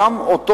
אתה